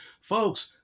Folks